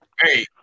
Hey